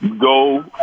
go